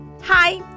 Hi